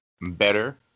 better